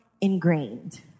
ingrained